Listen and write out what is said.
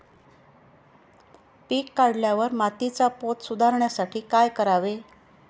पीक काढल्यावर मातीचा पोत सुधारण्यासाठी काय करावे?